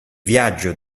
viaggio